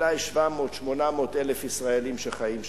אולי 700,000, 800,000 ישראלים שחיים שם.